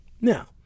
Now